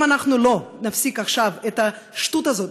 אם אנחנו לא נפסיק עכשיו את השטות הזאת,